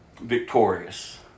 victorious